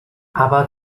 aber